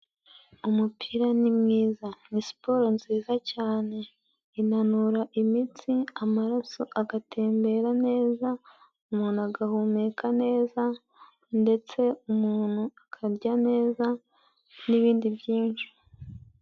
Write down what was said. Umupira ni mwiza. Ni siporo nziza cyane, inanura imitsi amaraso agatembera neza, umuntu agahumeka neza ndetse umuntu akarya neza n'ibindi byinshi.